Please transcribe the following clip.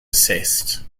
assessed